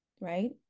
right